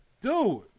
Dude